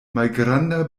malgranda